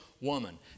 woman